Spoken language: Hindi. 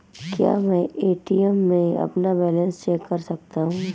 क्या मैं ए.टी.एम में अपना बैलेंस चेक कर सकता हूँ?